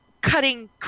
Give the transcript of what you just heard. cutting